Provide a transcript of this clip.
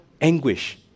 anguish